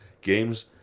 games